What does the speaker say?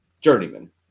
Journeyman